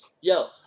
Yo